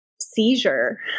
seizure